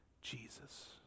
Jesus